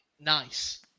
nice